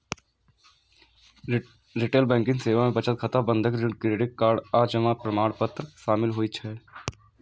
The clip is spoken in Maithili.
रिटेल बैंकिंग सेवा मे बचत खाता, बंधक, ऋण, क्रेडिट कार्ड आ जमा प्रमाणपत्र शामिल होइ छै